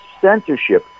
censorship